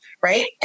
right